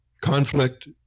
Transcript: conflict